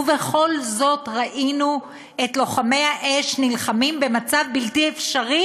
ובכל זאת ראינו את לוחמי האש נלחמים במצב בלתי אפשרי